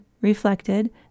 reflected